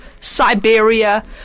Siberia